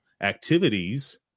activities